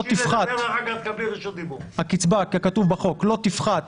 ככתוב בחוק, לא תפחת